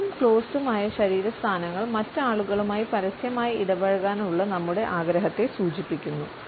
ഓപ്പണും ക്ലോസ്ഡുമായ ശരീര സ്ഥാനങ്ങൾ മറ്റ് ആളുകളുമായി പരസ്യമായി ഇടപഴകാനുള്ള നമ്മുടെ ആഗ്രഹത്തെ സൂചിപ്പിക്കുന്നു